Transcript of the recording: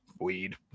Weed